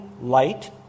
light